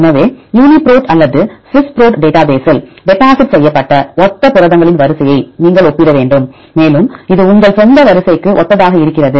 எனவே யூனிபிரோட் அல்லது Swiss Prot டேட்டாபேஸில் டெபாசிட் செய்யப்பட்ட ஒத்த புரதங்களின் வரிசையை நீங்கள் ஒப்பிட வேண்டும் மேலும் இது உங்கள் சொந்த வரிசைக்கு ஒத்ததாக இருக்கிறது